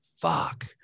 fuck